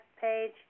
page